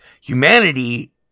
humanity